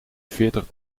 veertig